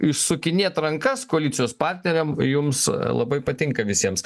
išsukinėt rankas koalicijos partneriam jums labai patinka visiems